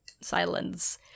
Silence